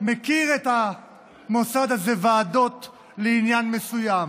מכיר את המוסד הזה, ועדות לעניין מסוים,